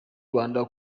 rwanda